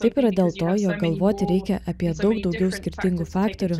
taip yra dėl to jog galvoti reikia apie daug daugiau skirtingų faktorių